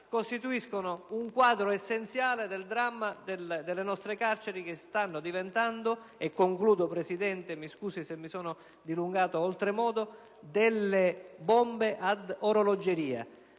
costituiscono un quadro essenziale del dramma delle nostre carceri, che stanno diventando - e concludo, Presidente, scusandomi per essermi dilungato - delle bombe ad orologeria.